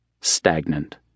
stagnant